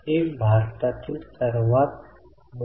तर हे उत्तर दायित्व मालमत्ता आहे